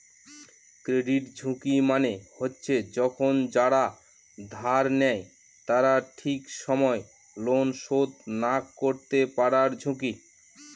credit ঝুঁকি মানে হচ্ছে যখন যারা ধার নেয় তারা ঠিক সময় লোন শোধ না করতে পারার ঝুঁকি